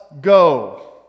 go